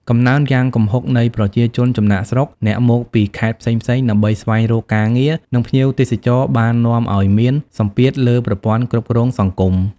កំណើនយ៉ាងគំហុកនៃ ប្រជាជនចំណាកស្រុក អ្នកមកពីខេត្តផ្សេងៗ ដើម្បីស្វែងរកការងារ និង ភ្ញៀវទេសចរ បាននាំឲ្យមានសម្ពាធលើប្រព័ន្ធគ្រប់គ្រងសង្គម។